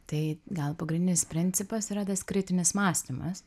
tai gal pagrindinis principas yra tas kritinis mąstymas